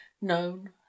known